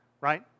Right